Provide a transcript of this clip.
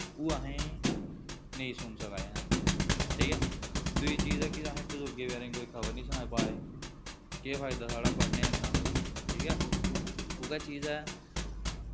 ओह् अहें गी नेईं सुनी सका ने आं ठीक ऐ दुई चीज़ ऐ कि असें बजुर्गें बचैरें गी कोई खबर नी सनाई पा दे केह् फायदा साढ़ा पढ़ने दा इन्ना ठीक ऐ उ'ऐ चीज़ ऐ